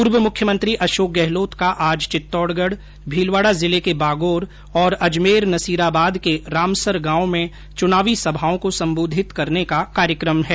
पूर्व मुख्यमंत्री अशोक गहलोत का आज चित्तौडगढ भीलवाडा जिले के बागौर और अजमेर नसीराबाद के रामसर गांव में चुनावी सभाओं को सम्बोधित करने का कार्यक्रम है